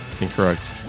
Incorrect